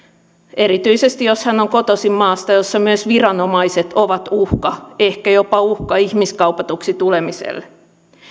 erityisesti jos hän on kotoisin maasta jossa myös viranomaiset ovat uhka ehkä jopa uhka ihmiskaupatuksi tulemiselle